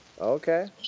Okay